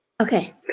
okay